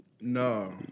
No